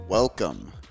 Welcome